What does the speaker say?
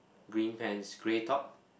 green pants grey top